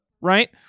right